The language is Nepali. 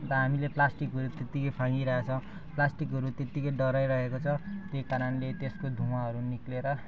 अन्त हामीले प्लास्टिकहरू त्यत्तिकै फ्याँकिरहेको छ प्लास्टिकहरू त्यत्तिकै डढाइरहेको छ त्यही कारणले त्यसको धुवाहरू निस्केर